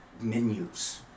menus